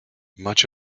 much